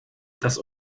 das